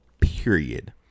Period